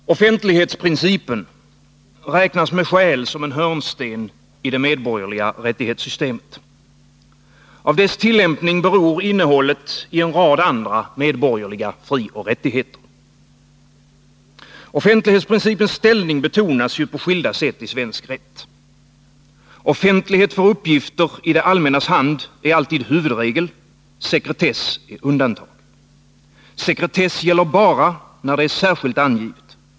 Herr talman! Offentlighetsprincipen räknas med skäl som en hörnsten i det medborgerliga rättighetssystemet. Av dess tillämpning beror innehållet i en rad andra medborgerliga frioch rättigheter. Offentlighetsprincipens ställning betonas på skilda sätt i svensk rätt. Offentlighet för uppgifter i det allmännas hand är alltid huvudregel, och sekretess är undantag. Sekretess gäller bara när det är särskilt angivet.